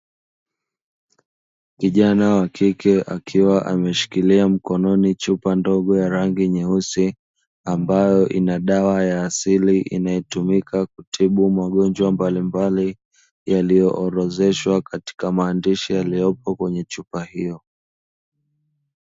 Kijana wa kike akiwa ameshikilia mkononi chupa ndogo ya rangi nyeusi, ambayo ina dawa ya asili inayotumika kutibu magonjwa mbalimbali yaliyo orodheshwa katika maandishi yaliyopo kwenye chupa hiyo.